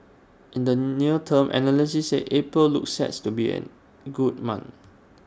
in the near term analysts said April looks set to be an good month